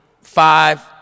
five